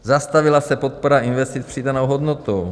Zastavila se podpora investic s přidanou hodnotou.